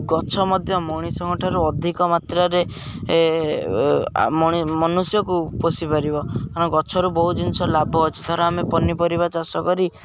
ଗଛ ମଧ୍ୟ ମଣିଷଙ୍କଠାରୁ ଅଧିକ ମାତ୍ରାରେ ମନୁଷ୍ୟକୁ ପୋଷିପାରିବ କାରଣ ଗଛରୁ ବହୁତ ଜିନିଷ ଲାଭ ଅଛି ଧର ଆମେ ପନିପରିବା ଚାଷ କରି